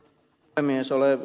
olen ed